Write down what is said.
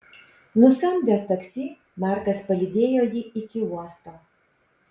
nusamdęs taksi markas palydėjo jį iki uosto